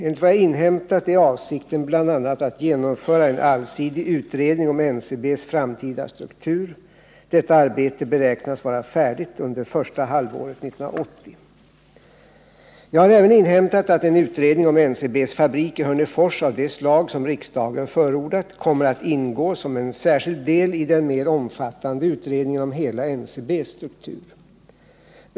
Enligt vad jag inhämtat är avsikten bl.a. att genomföra en allsidig utredning om NCB:s framtida struktur. Detta arbete beräknas vara färdigt under första halvåret 1980. Jag har även inhämtat att en utredning om NCB:s fabrik i Hörnefors av det slag som riksdagen förordat kommer att ingå som en särskild del i den mer omfattande utredningen om hela NCB:s struktur.